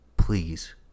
Please